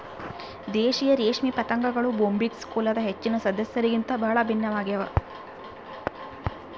ದೇಶೀಯ ರೇಷ್ಮೆ ಪತಂಗಗಳು ಬೊಂಬಿಕ್ಸ್ ಕುಲದ ಹೆಚ್ಚಿನ ಸದಸ್ಯರಿಗಿಂತ ಬಹಳ ಭಿನ್ನವಾಗ್ಯವ